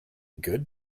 good